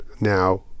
now